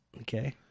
Okay